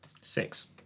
Six